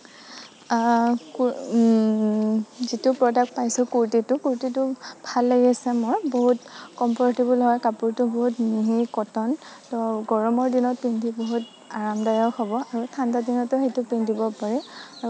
যিটো প্ৰডাক্ট পাইছো কুৰ্টিটো কুৰ্টিটো ভাল লাগিছে মোৰ বহুত কমফৰ্টেবুল হয় কাপোৰটো বহুত মিহি কটন ত' গৰমৰ দিনত পিন্ধি বহুত আৰামদায়ক হ'ব আৰু ঠাণ্ডাদিনতো সেইটো পিন্ধিব পাৰি